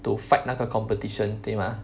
to fight 那个 competition 对 mah